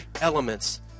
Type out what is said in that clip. elements